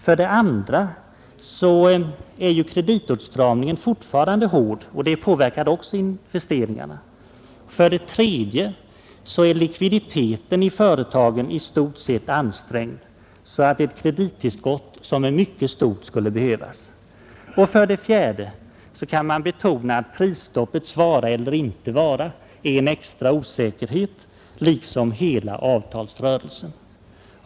För det andra är ju kreditåtstramningen fortfarande hård, och det påverkar också investeringarna. För det tredje är likviditeten i företagen i stort sett ansträngd, så att ett mycket starkt kredittillskott skulle behövas. För det fjärde kan man betona att prisstoppets vara eller icke vara är en extra osäkerhet, liksom hela avtalsrörelsen.